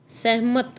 ਸਹਿਮਤ